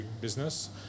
business